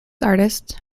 artists